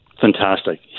fantastic